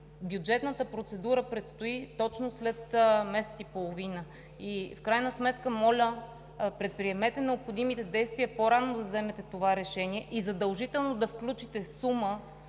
бюджетната процедура предстои точно след месец и половина. Моля да предприемете необходимите действия, по-рано да вземете решението и задължително да включите сума